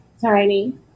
Tiny